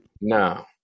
No